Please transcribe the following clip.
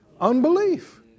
Unbelief